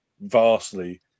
vastly